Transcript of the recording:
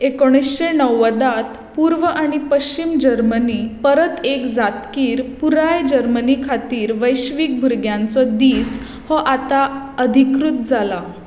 एकुणिशें णव्वदांत पूर्व आनी पश्चीम जर्मनी परत एक जातकीर पुराय जर्मनी खातीर वैश्वीक भुरग्यांचो दीस हो आतां अधिकृत जाला